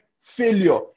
failure